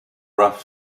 rough